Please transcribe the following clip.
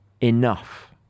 enough